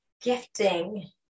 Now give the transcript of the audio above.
gifting